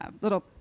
little